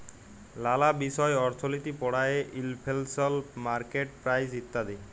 লালা বিষয় অর্থলিতি পড়ায়ে ইলফ্লেশল, মার্কেট প্রাইস ইত্যাদি